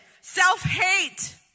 self-hate